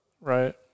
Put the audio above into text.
right